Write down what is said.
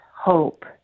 hope